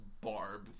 barb